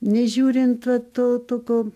nežiūrint to tokio